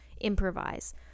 improvise